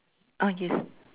ah yes